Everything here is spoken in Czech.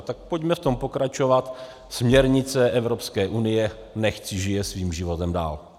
Tak pojďme v tom pokračovat, směrnice Evropské unie nechť si žije svým životem dál.